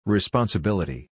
Responsibility